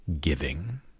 giving